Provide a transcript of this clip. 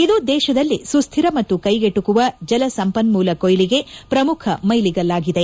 ಇದು ದೇಶದಲ್ಲಿ ಸುಸ್ತಿರ ಮತ್ತು ಕೈಗೆಟುಕುವ ಜಲ ಸಂಪನ್ಮೂಲ ಕೊಯ್ಲಿಗೆ ಪ್ರಮುಖ ಮೈಲುಗಲ್ಲಾಗಲಿದೆ